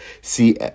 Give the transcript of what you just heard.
see